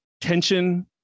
tension